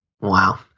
Wow